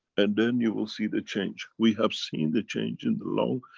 and then you will see the change. we have seen the change in the lung,